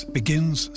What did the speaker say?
begins